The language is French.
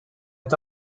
est